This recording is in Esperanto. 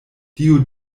dio